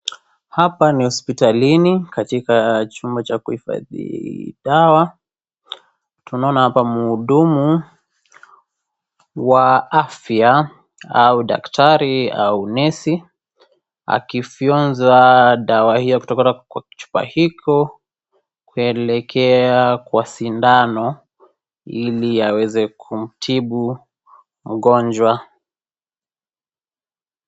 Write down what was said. Hapa ni hospitalini katika chumba cha kuhifadhi dawa. Tunaona hapa muhudumu wa afya, au daktari au nesi, akifyonza dawa hiyo kutokana na chupa hicho, kuelekea kwa sindano, ili aweze kumtibu mgonjwa.